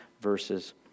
verses